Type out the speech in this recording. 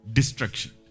Destruction